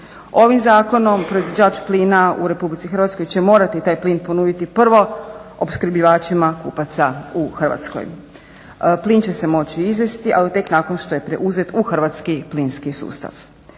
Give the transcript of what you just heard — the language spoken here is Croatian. Ovim zakonom proizvođač plina u RH će morati taj plin ponuditi prvo opskrbljivačima kupaca u Hrvatskoj. Plin će se moći izvesti ali tek nakon što je preuzet u hrvatski plinski sustav.